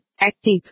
Active